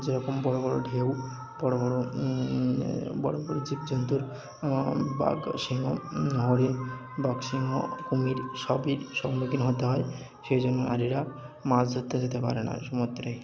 যেরকম বড় বড় ঢেউ বড় বড় বড় বড় জীবজন্তুর বাঘ সিংহ হরিণ বাঘ সিংহ কুমির সবই সম্মুখীন হতে হয় সেই জন্য নারীরা মাছ ধরতে যেতে পারে না সমুদ্রে